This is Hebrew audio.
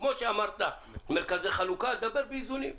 כמו שאמרת מרכזי חלוקה, תדבר באיזונים.